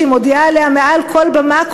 שהיא מודיעה עליה מעל כל במה,